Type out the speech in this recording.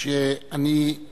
שיש